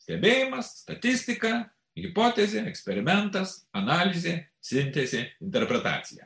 stebėjimas statistika hipotezė eksperimentas analizė sintezė interpretacija